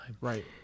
right